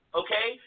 okay